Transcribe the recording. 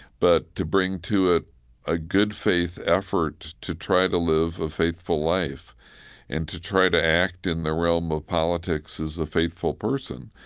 but to bring to it a good-faith effort to try to live a faithful life and to try to act in the realm of politics as a faithful person.